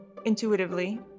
intuitively